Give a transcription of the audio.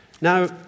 Now